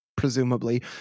presumably